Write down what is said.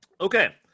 Okay